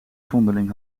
vondeling